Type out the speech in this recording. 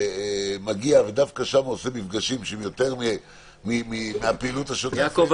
מגיע ודווקא שם עושה מפגשים שהם יותר מהפעילות השוטפת --- יעקב,